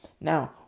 Now